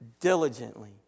diligently